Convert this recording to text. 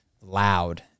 loud